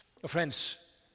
Friends